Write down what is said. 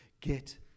Get